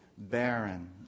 Barren